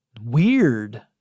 weird